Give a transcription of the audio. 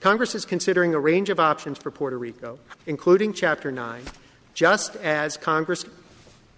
congress is considering a range of options for puerto rico including chapter nine just as congress